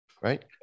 Right